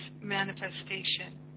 manifestation